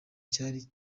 cyari